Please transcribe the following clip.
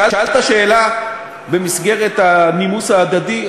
שאלת שאלה במסגרת הנימוס ההדדי,